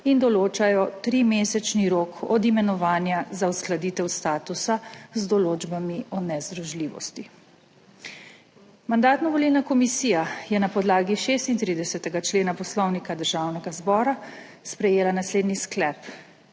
in določajo trimesečni rok od imenovanja za uskladitev statusa z določbami o nezdružljivosti. Mandatno-volilna komisija je na podlagi 36. člena Poslovnika Državnega zbora sprejela naslednji sklep: